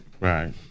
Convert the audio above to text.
Right